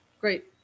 great